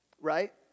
right